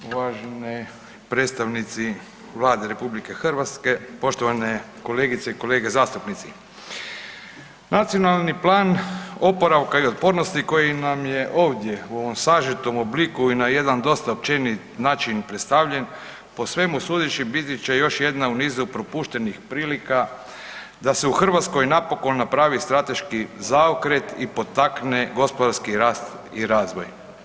Uvaženi predstavnici Vlade RH, poštovane kolegice i kolege zastupnici, Nacionalni plan oporavka i otpornosti koji nam je ovdje u ovom sažetom obliku i na jedan dosta općenit način predstavljen, po svemu sudeći biti će još jedna u nizu propuštenih prilika da se u Hrvatskoj napokon napravi strateški zaokret i potakne gospodarski rast i razvoj.